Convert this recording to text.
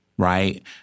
Right